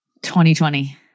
2020